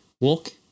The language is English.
Walk